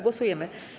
Głosujemy.